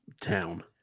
town